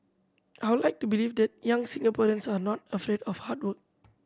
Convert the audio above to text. I would like to believe that young Singaporeans are not afraid of hard work